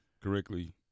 correctly